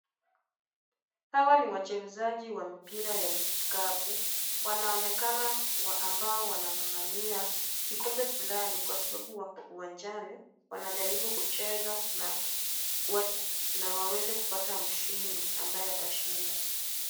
Hawa ni wachezaji wa mpira ya kikapu, wanaonekana ambao wanang'ang'ania kikombe fulani kwa sababu wako uwanjani, wanajaribu kucheza na waweze kupata mshindi ambaye atashinda.